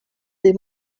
des